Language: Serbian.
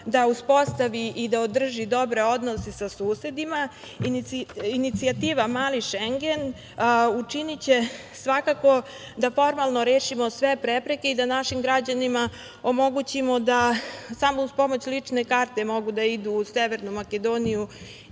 da uspostavi i da održi dobre odnose sa susedima. Inicijativa „mali šengen“ učiniće svakako da formalno rešimo sve prepreke i da našim građanima omogućimo da samo uz pomoć lične karte mogu da idu u Severnu Makedoniju